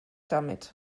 damit